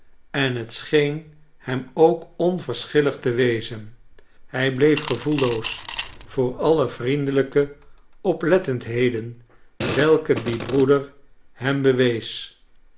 en het scheen hem ook onverschillig te wezen hij bleef gevoelloos voor alle vriendelijke oplettendheden welke die broeder hem bewees